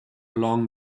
along